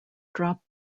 dropped